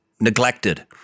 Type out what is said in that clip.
neglected